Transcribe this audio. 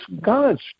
God's